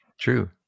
True